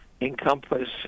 encompass